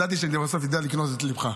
ידעתי שזה בסוף אדע לקנות את ליבך.